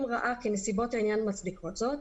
אם ראה כי נסיבות העניין מצדיקות זאת,